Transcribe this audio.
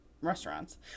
restaurants